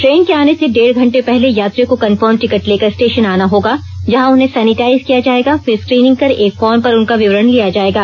train के आने से डेढ़ घंटे पहले यात्रियों को कंफर्म टिकट लेकर स्टेशन आना होगा जहां उन्हें सेनिटाइज किया जाएगा फिर स्क्रीनिंग कर एक फार्म पर उनका विवरण लिया जाएगा